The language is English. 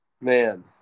Man